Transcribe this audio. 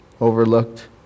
overlooked